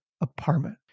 apartment